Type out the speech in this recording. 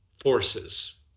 forces